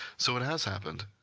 so, it has happened.